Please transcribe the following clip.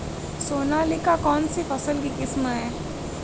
सोनालिका कौनसी फसल की किस्म है?